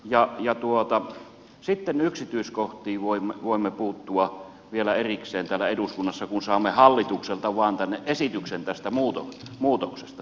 ja sitten yksityiskohtiin voimme puuttua vielä erikseen täällä eduskunnassa kun saamme hallitukselta tänne vain lakiesityksen tästä muutoksesta